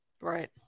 Right